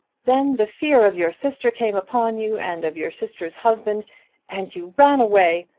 then the fear of your sister came upon you, and of your sister's husband and you ran away!